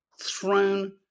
thrown